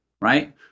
right